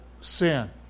sin